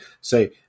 say